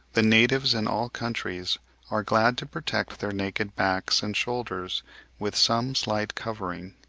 the natives in all countries are glad to protect their naked backs and shoulders with some slight covering.